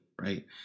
right